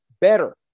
better